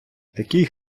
такий